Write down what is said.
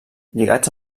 lligats